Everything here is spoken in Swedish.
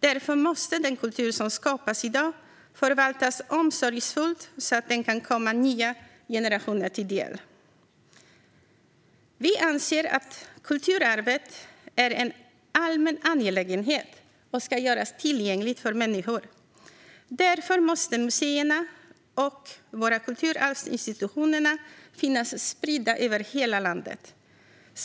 Därför måste den kultur som skapas i dag förvaltas omsorgsfullt så att den kan komma nya generationer till del. Vi anser att kulturarvet är en allmän angelägenhet som ska göras tillgänglig för människor. Därför måste museerna och kulturarvsinstitutionerna finnas spridda över hela landet.